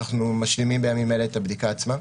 אנחנו משלימים בימים אלה את הבדיקה עצמה.